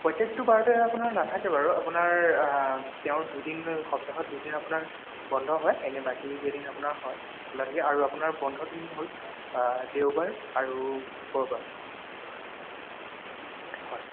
প্ৰতেকটো বাৰতে আপোনাৰ নাথাকে বাৰু আপোনাৰ তেওঁ দুদিন সপ্তাহত দুদিন আপোনাৰ বন্ধ হয় এনেই বাকী কেইদিন আপোনাৰ হয় খোলা থাকে আৰু আপোনাৰ বন্ধ দিন হ'ল দেওবাৰ আৰু শুক্ৰবাৰ হয়